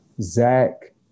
Zach